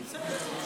בסדר.